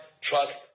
truck